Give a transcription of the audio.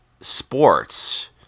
Sports